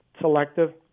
selective